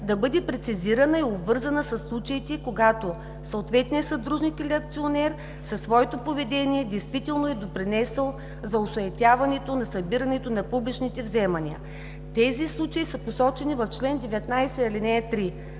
да бъде прецизирана и обвързана със случаите, когато съответният съдружник или акционер със своето поведение действително е допринесъл за осуетяването на събирането на публичните вземания. Тези случаи са посочени в чл. 19, ал. 3.